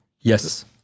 Yes